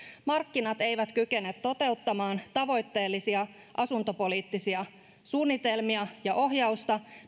markkinat eivät kykene toteuttamaan tavoitteellisia asuntopoliittisia suunnitelmia ja ohjausta